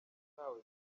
ntawe